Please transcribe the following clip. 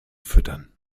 füttern